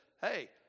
hey